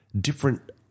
different